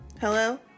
Hello